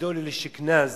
הדול אל-שכנז,